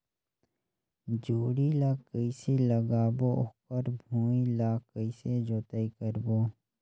जोणी ला कइसे लगाबो ओकर भुईं ला कइसे जोताई करबो?